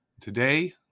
Today